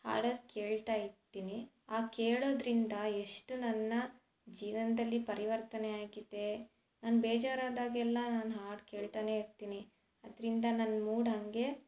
ಹಾಡದು ಕೇಳ್ತಾ ಇರ್ತೀನಿ ಹಾಗ್ ಕೇಳೋದರಿಂದ ಎಷ್ಟು ನನ್ನ ಜೀವನದಲ್ಲಿ ಪರಿವರ್ತನೆ ಆಗಿದೆ ನಾನು ಬೇಜಾರು ಆದಾಗೆಲ್ಲ ನಾನು ಹಾಡು ಕೇಳ್ತನೇ ಇರ್ತೀನಿ ಅದರಿಂದ ನನ್ನ ಮೂಡ್ ಹಾಗೆ